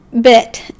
bit